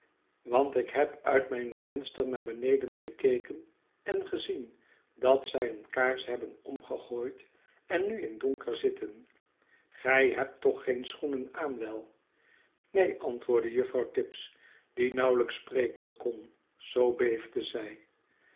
want ik heb uit mijn venster naar beneden gekeken en gezien dat zij hun kaars hebben omgegooid en nu in donker zitten gij hebt toch geen schoenen aan wel neen antwoordde juffrouw tibbs die nauwelijks spreken kon zoo beefde zij